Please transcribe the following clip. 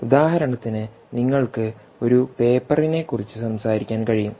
ഉദാഹരണത്തിന് നിങ്ങൾക്ക് ഒരു പേപ്പറിനെക്കുറിച്ച് സംസാരിക്കാൻ കഴിയും